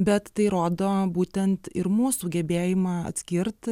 bet tai rodo būtent ir mūsų gebėjimą atskirt